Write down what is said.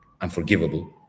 unforgivable